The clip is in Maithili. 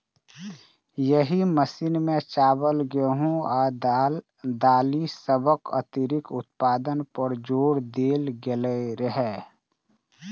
एहि मिशन मे चावल, गेहूं आ दालि सभक अतिरिक्त उत्पादन पर जोर देल गेल रहै